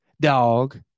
dog